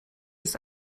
ist